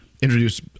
introduce